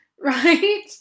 right